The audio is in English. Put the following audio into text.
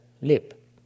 lip